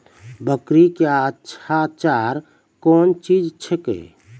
बकरी क्या अच्छा चार कौन चीज छै के?